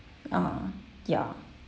ah ya